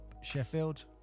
Sheffield